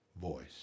voice